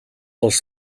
улс